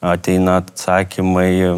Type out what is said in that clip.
ateina atsakymai